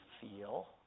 feel